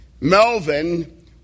Melvin